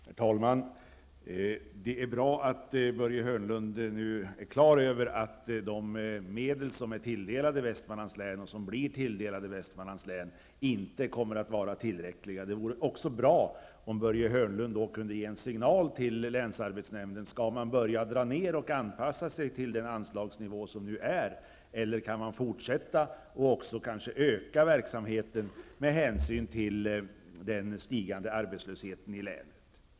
Herr talman! Det är bra att Börje Hörnlund nu är på det klara med att de medel som har tilldelats Västmanlands län och som kommer att tilldelas länet inte är tillräckliga. Det vore också bra om Börje Hörnlund kunde ge en signal till länsarbetsnämnden, om man skall börja dra ned och anpassa sig till den nuvarande anslagsnivån eller om man kan fortsätta och kanske rent av öka verksamheten med hänsyn till den stigande arbetslösheten i länet.